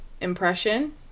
impression